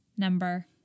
Number